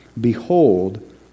Behold